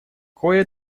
кое